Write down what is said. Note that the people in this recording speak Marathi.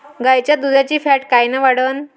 गाईच्या दुधाची फॅट कायन वाढन?